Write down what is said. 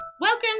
Welcome